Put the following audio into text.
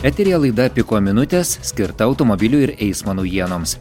eteryje laida piko minutės skirta automobilių ir eismo naujienoms